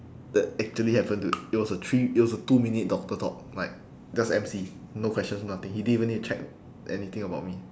that actually happened to it was a three it was a two minute doctor talk like just M_C no questions nothing he didn't even need to check anything about me